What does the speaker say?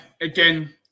again